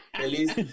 Feliz